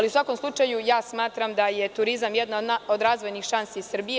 U svakom slučaju, smatram da je turizam jedna od razvojnih šansi Srbije.